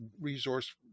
resource